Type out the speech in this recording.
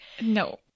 No